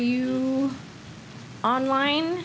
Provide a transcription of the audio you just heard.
you on line